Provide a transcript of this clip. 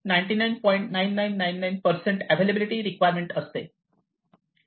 9999 percent availability requirement असते